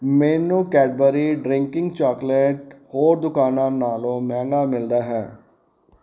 ਮੈਨੂੰ Cadbury drinking chocolate ਹੋਰ ਦੁਕਾਨਾਂ ਨਾਲੋਂ ਮਹਿੰਗਾ ਮਿਲਦਾ ਹੈ